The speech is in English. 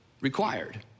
required